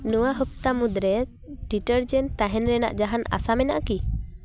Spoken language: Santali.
ᱱᱚᱣᱟ ᱦᱚᱯᱚᱛᱟ ᱢᱩᱫᱽᱨᱮ ᱰᱤᱴᱟᱨᱡᱮᱱ ᱛᱟᱦᱮᱱ ᱨᱮᱱᱟᱜ ᱡᱟᱦᱟᱱ ᱟᱥᱟ ᱢᱮᱱᱟᱜᱼᱟ ᱠᱤ